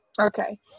Okay